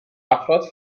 افراد